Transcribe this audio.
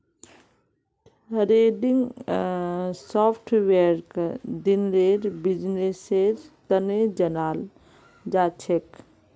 trending सॉफ्टवेयरक दिनेर बिजनेसेर तने जनाल जाछेक